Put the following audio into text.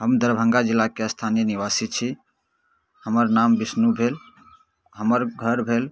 हम दरभङ्गा जिलाके स्थानीय निवासी छी हमर नाम विष्णु भेल हमर घर भेल